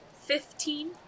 Fifteen